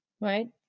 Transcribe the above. right